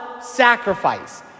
sacrifice